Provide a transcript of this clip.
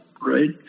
right